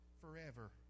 forever